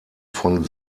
von